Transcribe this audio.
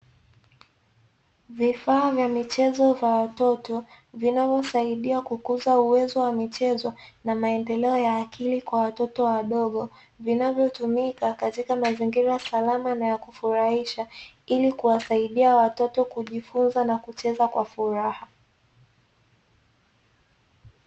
Vifaa vya michezo vya watoto vinavyosaidia ukuaji wa watoto vilivopo kwenye mazingira salama kwaajili ya kujifunzia kwa watoto kwa uweledi na furaha